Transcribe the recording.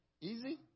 Easy